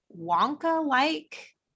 wonka-like